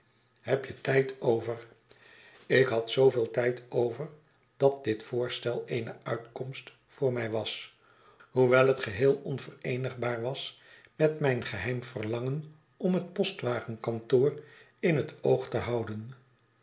heb je tijd over ik had zooveel tijd over dat dit voorstel eene uitkomst voor mij was hoewel het geheel onvereenigbaar was met mijn geheim verlangen om het postwagenkantoor in het oog te houden